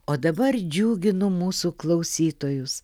o dabar džiuginu mūsų klausytojus